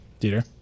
Dieter